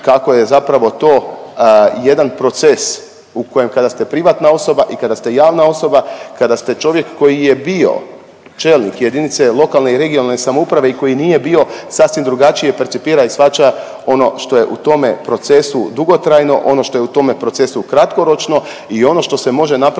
kako je zapravo to jedan proces u kojem kada ste privatna osoba i kada ste javna osoba, kada ste čovjek koji je bio čelnik jedinice lokalne i regionalne samouprave i koji nije bio sasvim drugačije percipira i svaća ono što je u tome procesu dugotrajno, ono što je u tome procesu kratkoročno i ono što se može napraviti